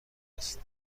هست